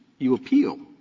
you appeal.